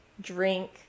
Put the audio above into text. drink